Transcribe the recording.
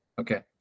Okay